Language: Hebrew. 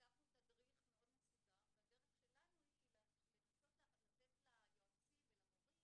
כתבנו תדריך מאוד מסודר והדרך שלנו היא לנסות לתת ליועצים ולמורים